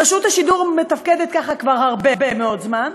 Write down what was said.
רשות השידור מתפקדת ככה כבר הרבה מאוד זמן,